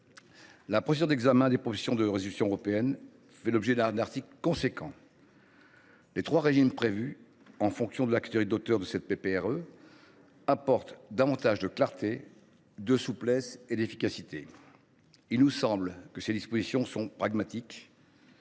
La procédure d’examen des propositions de résolution européennes (PPRE) fait l’objet d’un article important. Les trois régimes prévus en fonction de la catégorie à laquelle appartient l’auteur de cette PPRE apporteront davantage de clarté, de souplesse et d’efficacité. Il nous semble que ces dispositions sont pragmatiques